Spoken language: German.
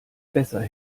besser